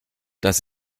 das